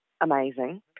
amazing